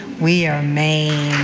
we are maine.